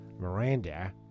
Miranda